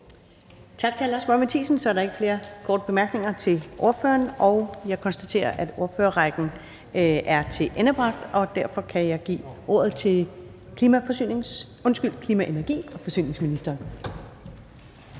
Tak til hr. Lars Boje Mathiesen. Så er der ikke flere korte bemærkninger til ordføreren. Jeg konstaterer, at ordførerrækken er tilendebragt, og derfor kan jeg give ordet til klima-, energi- og forsyningsministeren.